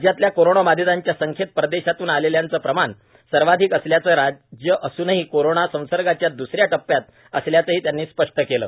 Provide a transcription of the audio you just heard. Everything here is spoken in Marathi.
राज्यातल्या कोरोनाबाधितांच्या संख्येत परदेशातून आलेल्यांचंच प्रमाण सर्वाधिक असल्यानं राज्य अजूनही कोरोना संसर्गाच्या दसऱ्या टप्प्यात असल्याचंही त्यांनी स्पष्ट केलं